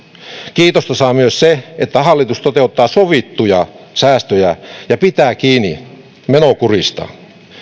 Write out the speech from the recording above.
kiitosta saa myös se että hallitus toteuttaa sovittuja säästöjä ja pitää kiinni menokurista